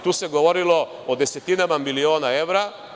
Tu se govorilo o desetinama miliona evra.